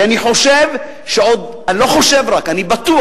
כי אני חושב, אני לא רק חושב, אני בטוח,